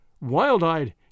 Wild-eyed